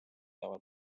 laval